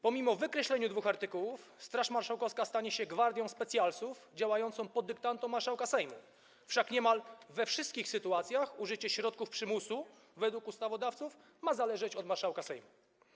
Pomimo wykreślenia dwóch artykułów Straż Marszałkowska stanie się gwardią specjalsów działającą pod dyktando marszałka Sejmu, wszak niemal we wszystkich sytuacjach użycie środków przymusu według ustawodawców ma zależeć od marszałka Sejmu.